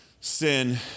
sin